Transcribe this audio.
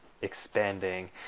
expanding